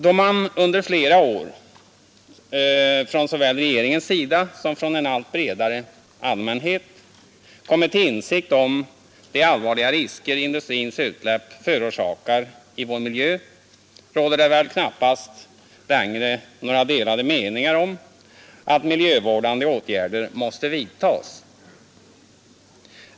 Då man under flera år — från såväl regeringens sida som från en allt bredare allmänhet — kommit till insikt om de allvarliga risker industrins utsläpp förorsakar i vår miljö, råder det väl knappast längre några delade meningar om att miljövårdande åtgärder måste vidtagas.